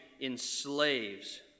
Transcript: enslaves